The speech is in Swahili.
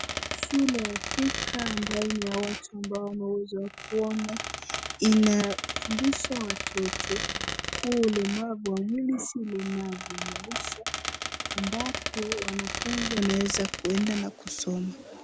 Shule ya Thika ambayo ni ya watu ambao hawana uwezo wa kuona, inafundisha watoto kuwa ulemavu wa mwili si ulemavu wa maisha ambapo wanafunzi wanaweza kuenda na kusoma.